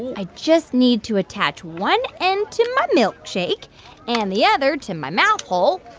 i just need to attach one end to my milkshake and the other to my mouth hole.